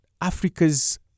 Africa's